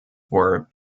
were